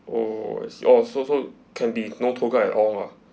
oh I see oh so so can be no tour guide at all lah